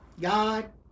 God